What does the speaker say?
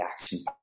action